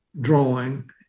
drawing